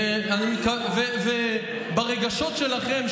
ברגשות שלכם,